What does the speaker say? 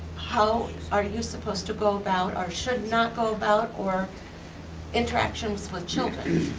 how are you supposed to go about, or should not go about, or interactions with children?